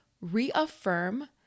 Reaffirm